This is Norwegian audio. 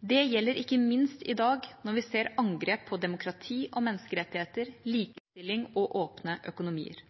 Det gjelder ikke minst i dag når vi ser angrep på demokrati og menneskerettigheter, likestilling og åpne økonomier.